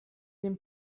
dem